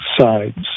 sides